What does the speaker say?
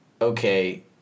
okay